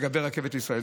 לגבי רכבת ישראל,